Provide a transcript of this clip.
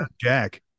Jack